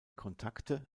kontakte